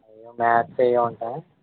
maths అవిఇవీ ఉంటాయి